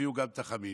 תביאו גם את החמין.